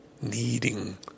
needing